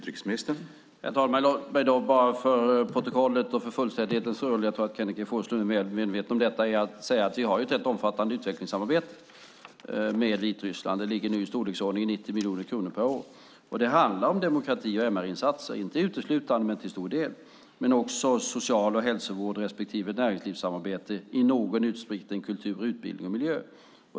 Herr talman! Låt mig bara för protokollet och för fullständighetens skull - jag tror att Kenneth G Forslund är väl medveten om detta - säga att vi har ett rätt omfattande utvecklingssamarbete med Vitryssland. Det ligger nu på i storleksordningen 90 miljoner kronor per år. Det handlar om demokrati och MR-insatser, inte uteslutande men till stor del, men också om social och hälsovård respektive näringslivssamarbete och i någon utsträckning kultur, utbildning och miljö.